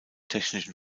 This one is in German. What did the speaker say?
technischen